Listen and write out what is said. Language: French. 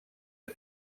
est